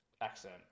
accent